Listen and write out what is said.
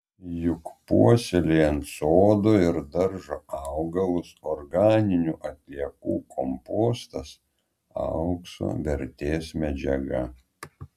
juk puoselėjant sodo ir daržo augalus organinių atliekų kompostas aukso vertės medžiaga